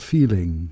Feeling